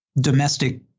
domestic